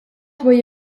duei